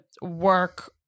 work